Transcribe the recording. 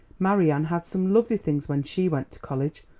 marian had some lovely things when she went to college.